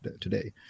today